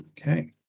Okay